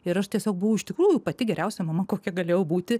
ir aš tiesiog buvau iš tikrųjų pati geriausia mama kokia galėjau būti